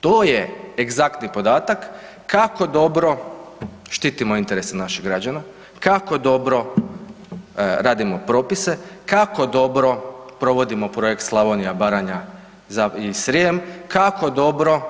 To je egzaktni podatak kako dobro štitimo interese naših građana, kako dobro radimo propise, kako dobro provodimo projekt „Slavonija, Baranja i Srijem“, kako dobro